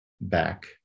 back